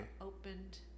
Opened